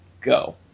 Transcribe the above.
Go